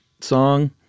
song